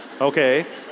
Okay